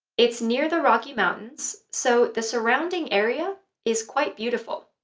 it's near the rocky mountains, so the surrounding area is quite beautiful.